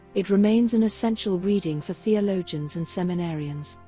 it remains an essential reading for theologians and seminarians.